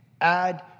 Add